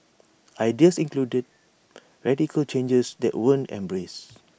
ideas included radical changes that weren't embraced